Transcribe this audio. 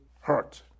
hurt